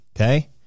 Okay